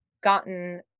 gotten